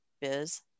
Biz